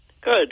Good